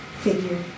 Figure